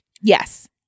Yes